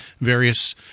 various